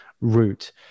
route